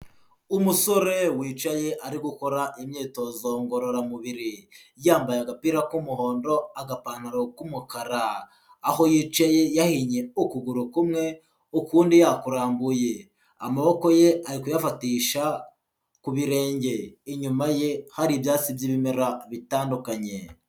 Umusore wicaye ari gukora imyitozo ngororamubiri, yambaye agapira k'umuhondo, agapantaro k'umukara aho yicaye yahinnye ukuguru kumwe ukundi yakurambuye, amaboko ye ari kuyafatisha ku birenge, inyuma ye hari ibyatsi by'ibimera bitandukanye.